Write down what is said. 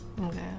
Okay